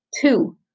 Two